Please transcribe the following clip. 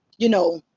you know,